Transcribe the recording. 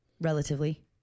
relatively